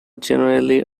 generally